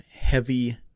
heavy